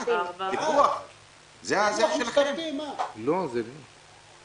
הצבעה בעד ההסתייגות מיעוט נגד,